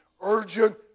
urgent